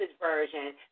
version